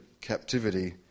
captivity